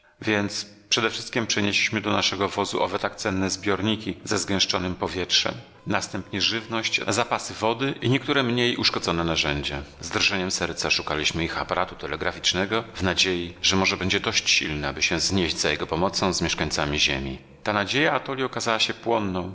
więc przedewszystkiem przenieśliśmy do naszego wozu owe tak cenne zbiorniki ze zgęszczonem powietrzem następnie żywność zapasy wody i niektóre umiej uszkodzone narzędzia z drżeniem serca szukaliśmy ich aparatu telegraficznego w nadziei że może będzie dość silny aby się znieść za jego pomocą z mieszkańcami ziemi ta nadzieja atoli okazała się płonną